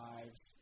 Lives